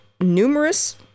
numerous